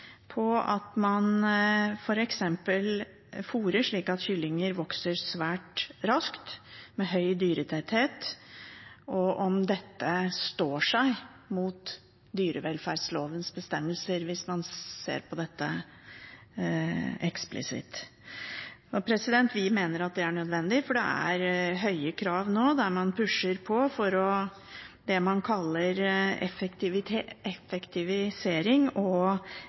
på at man fôrer slik at kyllinger vokser svært raskt med høy dyretetthet – om dette står seg mot dyrevelferdslovens bestemmelser hvis man ser på dette eksplisitt. Vi mener at det er nødvendig, for det er høye krav nå der man pusher på for det man kaller effektivisering, og